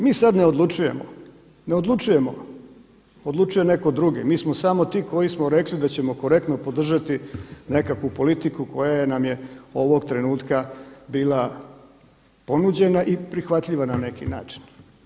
Mi sada ne odlučujemo, ne odlučujemo, odlučuje netko drugi, mi smo samo ti koji smo rekli da ćemo korektno podržati nekakvu politiku koja nam je ovog trenutka bila ponuđena i prihvatljiva na neki način.